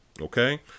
okay